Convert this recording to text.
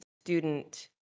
student